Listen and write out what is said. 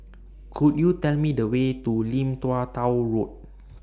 Could YOU Tell Me The Way to Lim Tua Tow Road